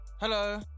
Hello